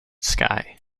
sky